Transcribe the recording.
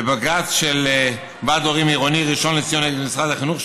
בבג"ץ של ועד הורים עירוני ראשון לציון נגד משרד החינוך,